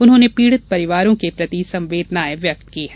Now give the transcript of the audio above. उन्होंने पीड़ित परिवारों के प्रति संवेदनाएं व्यक्त की हैं